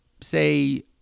say